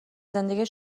زندگی